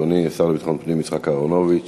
אדוני השר לביטחון הפנים יצחק אהרונוביץ